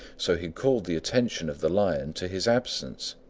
so he called the attention of the lion to his absence,